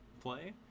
play